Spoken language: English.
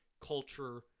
culture